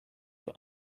for